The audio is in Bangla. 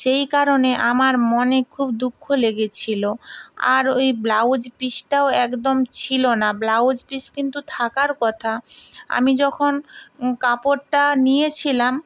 সেই কারণে আমার মনে খুব দুঃখ লেগেছিলো আর ওই ব্লাউজ পিসটাও একদম ছিলো না ব্লাউজ পিস কিন্তু থাকার কথা আমি যখন কাপড়টা নিয়েছিলাম